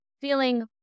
feeling